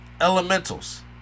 Elementals